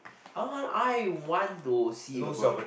how come I want to see the Bron